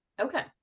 Okay